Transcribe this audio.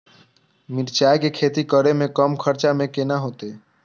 मिरचाय के खेती करे में कम खर्चा में केना होते?